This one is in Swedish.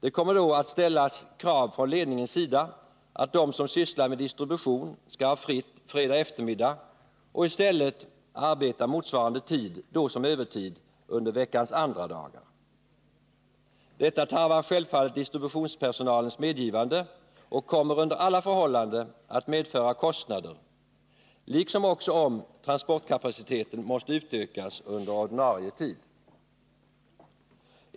Det kommer då att ställas krav från ledningens sida att de som sysslar med distribution skall ha ledigt fredag eftermiddag och i stället arbeta motsvarande tid, då som övertid, under veckans andra dagar. Detta tarvar distributionspersonalens medgivande, och det kommer under alla förhållanden att medföra kostnader, liksom också om transportkapaciteten måste utökas under ordinarie tid.